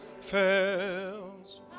fails